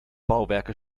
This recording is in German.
bauwerke